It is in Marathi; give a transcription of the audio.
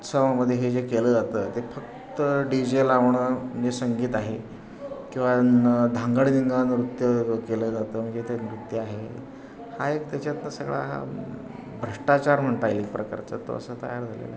उत्सवामध्ये हे जे केलं जातं ते फक्त डीजे लावणं जे संगीत आहे किंवा धांगडधिंगा नृत्य केलं जातं म्हणजे ते नृत्य आहे हा एक त्याच्यातनं सगळा हा भ्रष्टाचार म्हणता एक प्रकारचा तो असा तयार झालेला आहे